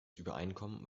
übereinkommen